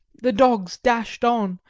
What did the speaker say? the dogs dashed on,